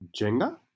Jenga